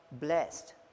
blessed